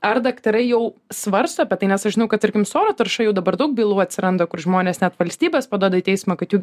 ar daktarai jau svarsto apie tai nes aš žinau kad tarkim su oro tarša jau dabar daug bylų atsiranda kur žmonės net valstybes paduoda į teismą kad jų